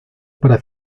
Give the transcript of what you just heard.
para